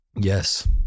yes